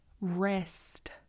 rest